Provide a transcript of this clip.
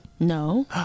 No